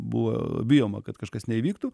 buvo bijoma kad kažkas neįvyktų